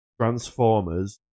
Transformers